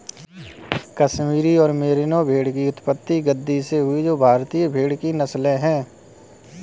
कश्मीर और मेरिनो भेड़ की उत्पत्ति गद्दी से हुई जो भारतीय भेड़ की नस्लें है